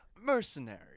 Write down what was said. mercenary